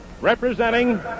representing